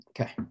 Okay